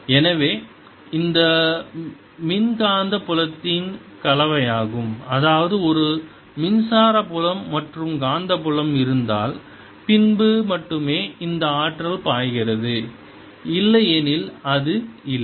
எனவே இது மின்காந்த புலத்தின் கலவையாகும் அதாவது ஒரு மின்சார புலம் மற்றும் காந்தப்புலம் இருந்தால் பின்பு மட்டுமே இந்த ஆற்றல் பாய்கிறது இல்லையெனில் அது இல்லை